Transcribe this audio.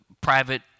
private